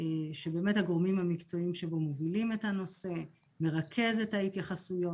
שהגורמים המקצועיים שבו מבינים את הנושא מרכז את ההתייחסויות.